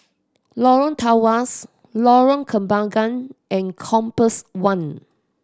Lorong Tawas Lorong Kembangan and Compass One